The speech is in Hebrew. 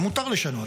ומותר לשנות,